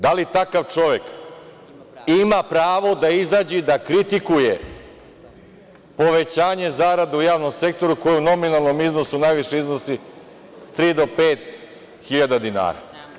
Da li takav čovek ima pravo da izađe i da kritikuje povećanje zarada u javnom sektoru koje u nominalnom iznosu najviše iznosi tri do pet hiljada dinara?